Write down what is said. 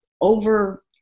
over